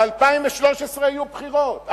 ב-2013 יהיו בחירות.